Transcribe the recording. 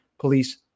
police